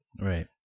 Right